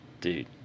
dude